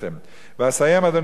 ואסיים, אדוני היושב-ראש,